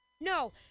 No